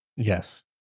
Yes